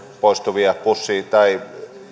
poistuvia bussi tai